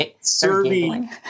serving